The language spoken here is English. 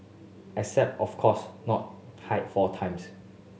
except of course not hike four times